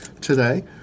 today